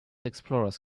explorers